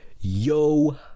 yo